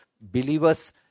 Believers